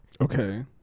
Okay